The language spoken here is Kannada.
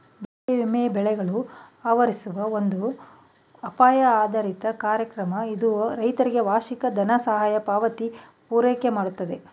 ಬೆಳೆ ವಿಮೆ ಬೆಳೆಗಳು ಆವರಿಸುವ ಒಂದು ಅಪಾಯ ಆಧಾರಿತ ಕಾರ್ಯಕ್ರಮ ಇದು ರೈತರಿಗೆ ವಾರ್ಷಿಕ ದನಸಹಾಯ ಪಾವತಿ ಪೂರೈಕೆಮಾಡ್ತದೆ